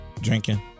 drinking